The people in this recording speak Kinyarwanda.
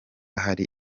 hari